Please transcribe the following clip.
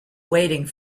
waiting